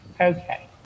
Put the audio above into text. okay